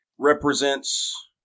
represents